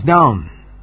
down